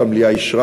והמליאה אישרה,